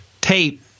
tape